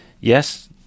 yes